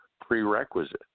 prerequisite